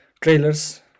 trailers